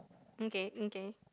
okay um okay